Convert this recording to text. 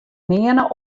nearne